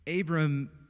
Abram